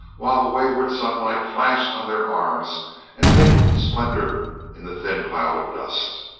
while the wayward sunlight flashed on their arms and made splendor in the thin cloud of dust.